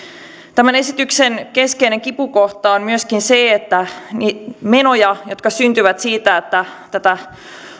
tämän esityksen keskeinen kipukohta on myöskin se että menoja jotka syntyvät siitä että tätä